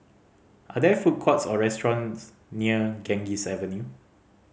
are there food courts or restaurants near Ganges Avenue